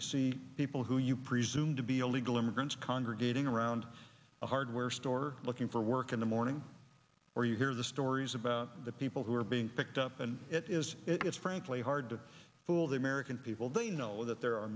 you see people who you presumed to be illegal immigrants congregating around the hardware store looking for work in the morning or you hear the stories about the people who are being picked up and it is it's frankly hard to fool the american people they know that there are